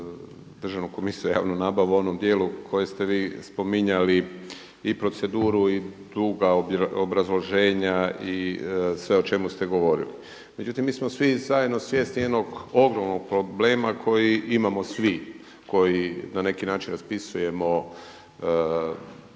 Državnu komisiju za javnu nabavu u onom dijelu koje ste vi spominjali i proceduru, i duga obrazloženja i sve o čemu ste govorili. Međutim, mi smo svi zajedno svjesni jednog ogromnog problema koji imamo svi koji na neki način raspisujemo